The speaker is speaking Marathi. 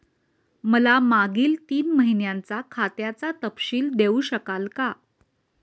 मला मागील तीन महिन्यांचा खात्याचा तपशील देऊ शकाल का?